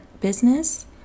business